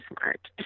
smart